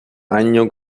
año